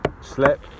slip